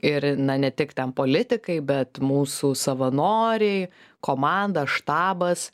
ir na ne tik ten politikai bet mūsų savanoriai komanda štabas